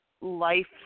life